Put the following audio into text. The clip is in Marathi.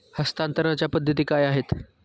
हस्तांतरणाच्या पद्धती काय आहेत?